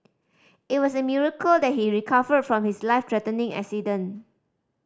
it was a miracle that he recovered from his life threatening accident